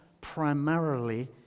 primarily